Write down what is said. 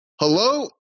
Hello